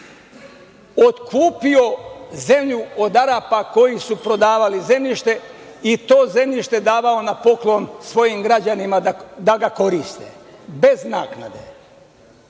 otkupio zemlju od Arapa koji su prodavali zemljište i to zemljište davao na poklon svojim građanima da ga koriste, bez naknade.